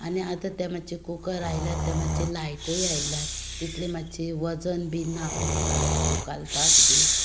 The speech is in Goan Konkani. आनी आतां जे कूकर आयल्यात ते मात्शे लायटूय आयल्यात तितली मात्शें वजन बी ना उखाळपाक बी